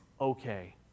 okay